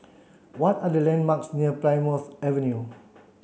what are the landmarks near Plymouth Avenue